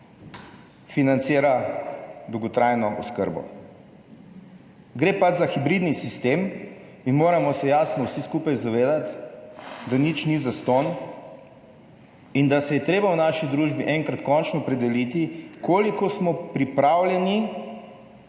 financira dolgotrajno oskrbo. Ggre za hibridni sistem in moramo se jasno vsi skupaj zavedati, da nič ni zastonj, in da se je treba v naši družbi enkrat končno opredeliti, koliko smo pripravljeni,